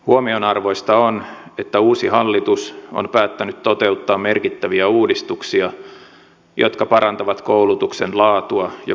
huomionarvoista on että uusi hallitus on päättänyt toteuttaa merkittäviä uudistuksia jotka parantavat koulutuksen laatua ja kustannustehokkuutta